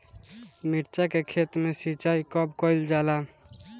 मिर्चा के खेत में सिचाई कब कइल जाला?